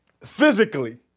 Physically